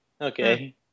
Okay